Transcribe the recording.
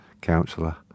counsellor